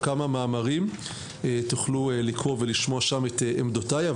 כמה מאמרים ותוכלו לקרוא ולשמוע שם את עמדותיי.